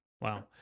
Wow